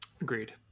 Agreed